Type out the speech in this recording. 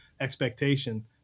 expectation